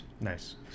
Nice